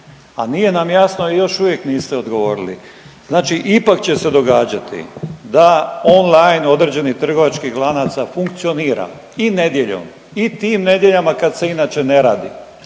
a nije nam jasno i još uvijek niste odgovorili, znači ipak će se događati da online određenih trgovačkih lanaca funkcionira i nedjeljom i tim nedjeljama kad se inače ne radi.